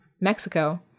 mexico